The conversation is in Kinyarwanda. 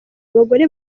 abagore